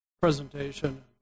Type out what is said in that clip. presentation